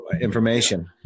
information